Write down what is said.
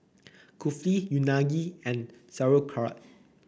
Kulfi Unagi and Sauerkraut